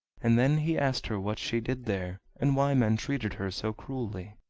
and then he asked her what she did there, and why men treated her so cruelly.